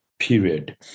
period